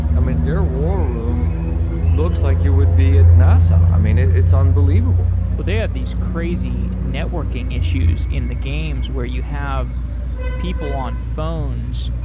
mean, their war room looks like you would be at nasa. i mean, it's unbelievable well, they have these crazy networking issues in the games, where you have people on phones,